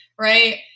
right